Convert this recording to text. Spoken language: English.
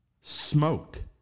smoked